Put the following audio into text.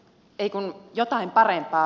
ei kun jotain parempaa